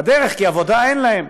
כי עבודה אין להם,